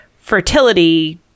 fertility